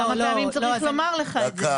כמה פעמים צריך לומר לך את זה.